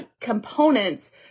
components